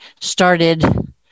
started